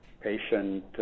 Patient